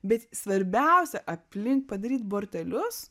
bet svarbiausia aplink padaryt bortelius